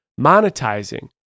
monetizing